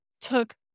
took